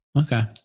Okay